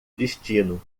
destino